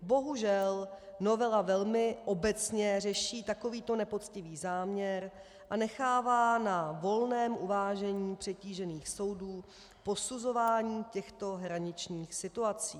Bohužel, novela velmi obecně řeší takovýto nepoctivý záměr a nechává na volném uvážení přetížených soudů posuzování těchto hraničních situací.